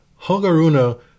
Hogaruna